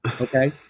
okay